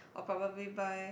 or probably buy